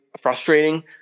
frustrating